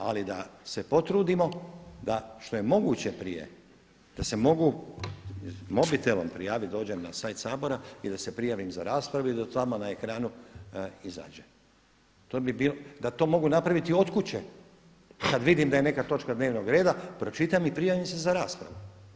Ali da se potrudimo da što je moguće prije da se mogu mobitelom prijaviti, dođem na sajt Sabora i da se prijavim za raspravu i da tamo na ekranu izađe, da to mogu napraviti od kuće kada vidim da je neka točka dnevnog reda pročitam i prijavim se za raspravu.